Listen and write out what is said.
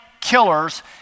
killers